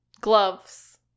Gloves